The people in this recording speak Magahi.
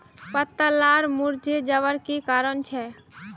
पत्ता लार मुरझे जवार की कारण छे?